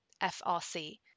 FRC